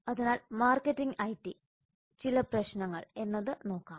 അതിനാൽ marketing IT ചില പ്രശ്നങ്ങൾ എന്നത് നോക്കാം